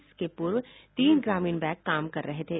इसके पूर्व तीन ग्रामीण बैंक काम कर रहे थे